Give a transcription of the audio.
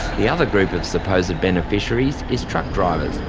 the other group of supposed beneficiaries is truck drivers,